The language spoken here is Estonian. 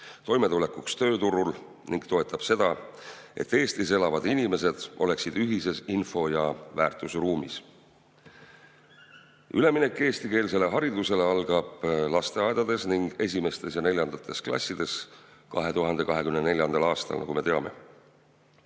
toimetulekuks tööturul ning toetab seda, et Eestis elavad inimesed oleksid ühises info- ja väärtusruumis. Üleminek eestikeelsele haridusele algab lasteaedades ning 1. ja 4. klassis 2024. aastal, nagu me teame.